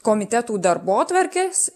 komitetų darbotvarkės